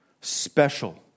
special